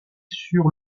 sur